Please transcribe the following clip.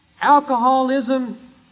Alcoholism